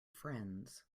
friends